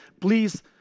please